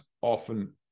often